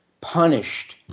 punished